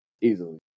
Easily